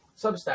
substack